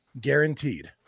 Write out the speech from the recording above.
guaranteed